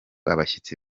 abashyitsi